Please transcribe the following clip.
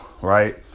right